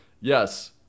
yes